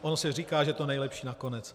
Ono se říká, že to nejlepší nakonec.